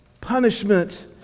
punishment